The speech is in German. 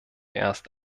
erst